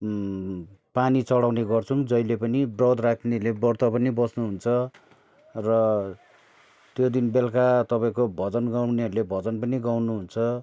पानी चढाउने गर्छौँ जहिले पनि ब्रत राख्नेले ब्रत पनि बस्नुहुन्छ र त्यो दिन बेलुका तपाईँको भजन गाउनेहरूले भजन पनि गाउनुहुन्छ